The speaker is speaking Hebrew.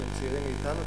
שהם צעירים מאתנו,